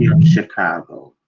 yeah chicago.